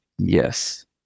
Yes